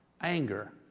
anger